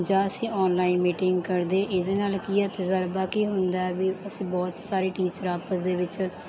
ਜਾਂ ਅਸੀਂ online meeting ਕਰਦੇ ਇਹਦੇ ਨਾਲ ਕੀ ਹੈ ਤਜ਼ਰਬਾ ਕੀ ਹੁੰਦਾ ਵੀ ਅਸੀਂ ਬਹੁਤ ਸਾਰੇ ਟੀਚਰ ਆਪਸ ਦੇ ਵਿੱਚ